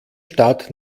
stadt